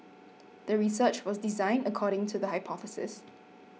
the research was designed according to the hypothesis